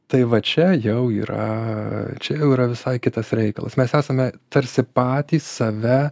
tai va čia jau yra čia jau yra visai kitas reikalas mes esame tarsi patys save